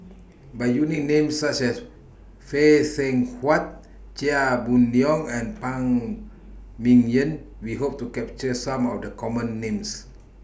By using Names such as Phay Seng Whatt Chia Boon Leong and Phan Ming Yen We Hope to capture Some of The Common Names